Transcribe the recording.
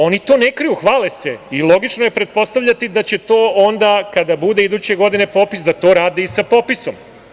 Oni to ne kriju, hvale se i logično je pretpostaviti da će to onda, kada bude iduće godine popis, da rade i sa popisom.